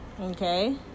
Okay